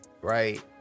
right